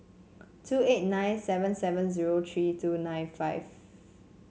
two eight nine seven seven zero tree two nine five